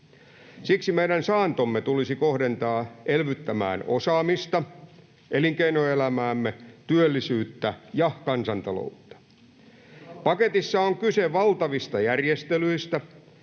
Siksi meidän saantomme tulisi kohdentaa elvyttämään osaamista, elinkeinoelämäämme, työllisyyttä ja kansantaloutta. Paketissa on kyse valtavista järjestelyistä.